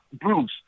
Bruce